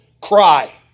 cry